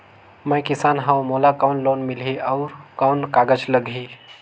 मैं किसान हव मोला कौन लोन मिलही? अउ कौन कागज लगही?